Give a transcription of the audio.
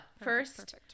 first